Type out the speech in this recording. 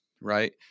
right